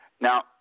Now